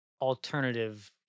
alternative